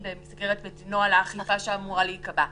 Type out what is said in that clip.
ונוהל האכיפה שאמור היה להיקבע להיקבע.